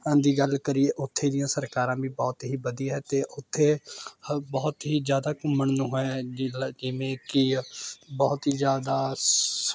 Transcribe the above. ਦੀ ਗੱਲ ਕਰੀਏ ਉੱਥੇ ਦੀਆਂ ਸਰਕਾਰਾਂ ਵੀ ਬਹੁਤ ਹੀ ਵਧੀਆ ਹੈ ਅਤੇ ਉੱਥੇ ਹ ਬਹੁਤ ਹੀ ਜ਼ਿਆਦਾ ਘੁੰਮਣ ਨੂੰ ਹੈ ਜਿੱਦਾਂ ਜਿਵੇਂ ਕਿ ਬਹੁਤ ਹੀ ਜ਼ਿਆਦਾ